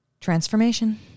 Transformation